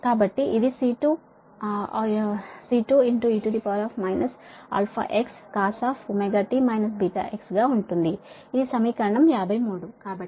కాబట్టి ఇది C2 e αx cos ωt βx గా ఉంటుంది ఇది సమీకరణం 53